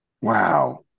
wow